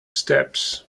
steps